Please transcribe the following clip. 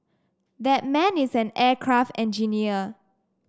that man is an aircraft engineer